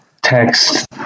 text